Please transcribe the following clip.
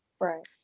right